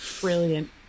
brilliant